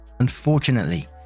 Unfortunately